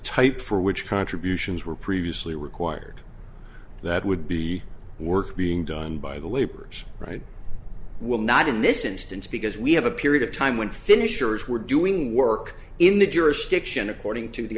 type for which contributions were previously required that would be work being done by the laborers right will not in this instance because we have a period of time when finishers were doing work in the jurisdiction according to the